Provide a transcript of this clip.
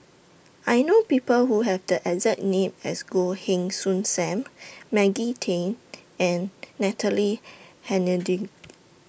I know People Who Have The exact name as Goh Heng Soon SAM Maggie Teng and Natalie Hennedige